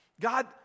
God